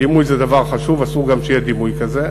הדימוי זה דבר חשוב, אסור גם שיהיה דימוי כזה.